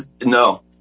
No